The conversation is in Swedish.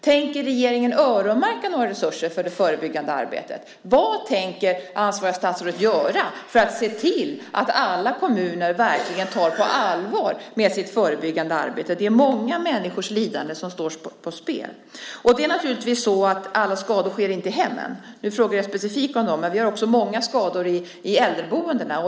Tänker regeringen öronmärka några resurser för det förebyggande arbetet? Vad tänker det ansvariga statsrådet göra för att se till att alla kommuner verkligen tar det förebyggande arbetet på allvar? Det är många människors lidande som kan undvikas. Naturligtvis sker inte alla skador i hemmen. Nu frågade jag specifikt om dem, men det sker också många skador på äldreboendena.